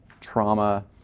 trauma